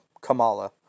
Kamala